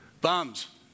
bums